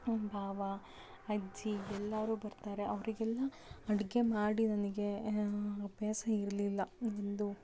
ಭಾವ ಅಜ್ಜಿ ಎಲ್ಲರೂ ಬರ್ತಾರೆ ಅವರಿಗೆಲ್ಲ ಅಡುಗೆ ಮಾಡಿ ನನಗೆ ಅಭ್ಯಾಸ ಇರಲಿಲ್ಲ ಒಂದು